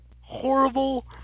horrible